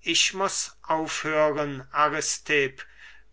ich muß aufhören aristipp